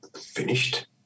finished